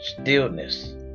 stillness